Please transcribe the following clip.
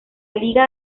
liga